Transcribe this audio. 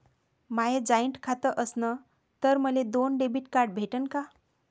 माय joint खातं असन तर मले दोन डेबिट कार्ड भेटन का?